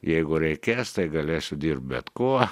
jeigu reikės tai galėsiu dirbt bet kuo